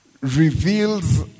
reveals